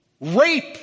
rape